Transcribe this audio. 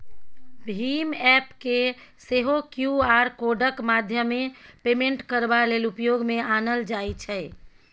भीम app केँ सेहो Q R कोडक माध्यमेँ पेमेन्ट करबा लेल उपयोग मे आनल जाइ छै